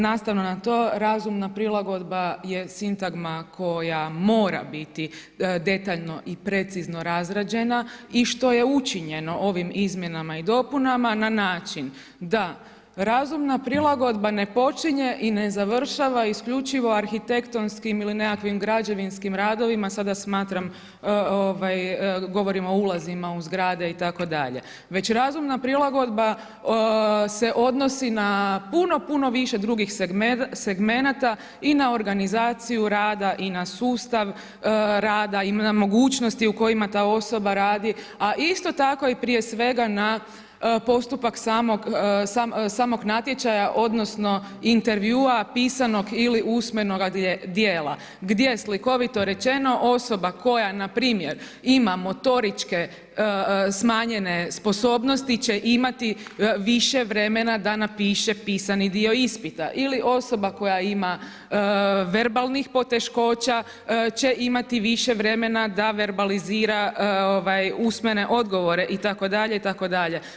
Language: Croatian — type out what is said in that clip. Nastavno na to razumna prilagodba je sintagma koja mora biti detaljno i precizno razrađena i što je učinjeno ovim izmjenama i dopunama na način da razumna prilagodba ne počinje i ne završava isključivo arhitektonskim ili nekakvim građevinskim radovima, sada govorimo o ulazima u zgrade itd., već razumna prilagodba se odnosi na puno, puno više drugih segmenata i na organizaciju rada i na sustav rada i na mogućnosti u kojima ta osoba radi, a isto tako i prije svega na postupak samog natječaja odnosno intervjua pisanog ili usmenoga dijela gdje je slikovito rečeno osoba koja npr. ima motoričke smanjene sposobnosti će imati više vremena da napiše pisani dio ispita ili osoba koja ima verbalnih poteškoća će imati više vremena da verbalizira usmene odgovore itd., itd.